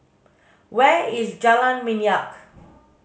where is Jalan Minyak